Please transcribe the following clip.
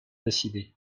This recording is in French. décidé